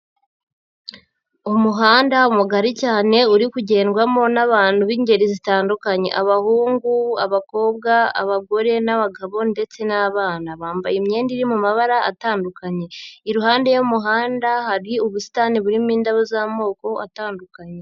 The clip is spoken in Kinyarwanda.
Umuhanda mugari cyane uri kugendwamo n'abantu b'ingeri zitandukanye, abahungu, abakobwa, abagore n'abagabo ndetse n'abana, bambaye imyenda iri mu mabara atandukanye, iruhande y'umuhanda hari ubusitani burimo indabo z'amoko atandukanye.